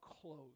close